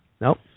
Nope